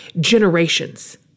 generations